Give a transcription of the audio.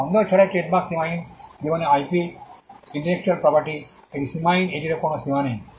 সন্দেহ ছাড়াই ট্রেডমার্কটি সীমাহীন জীবন আইপি ইন্টেলেকচুয়াল প্রপার্টি এটি সীমাহীন এটির কোনও সীমা নেই